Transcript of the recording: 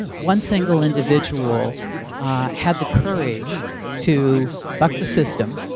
one single individual had the courage to buck the system,